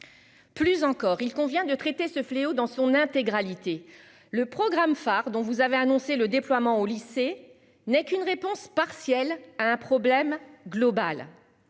Plus encore, il convient de traiter ce fléau dans son intégralité le programme phare dont vous avez annoncé le déploiement au lycée n'est qu'une réponse partielle à un problème global.